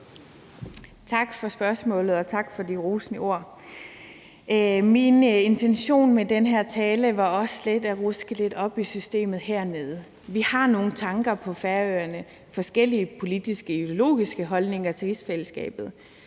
Tak for spørgsmålet, og tak for de rosende ord. Min intention med den her tale var også at ruske lidt op i systemet hernede. Vi har nogle tanker om det på Færøerne, nogle forskellige politiske, ideologiske holdninger til rigsfællesskabet,